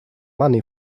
money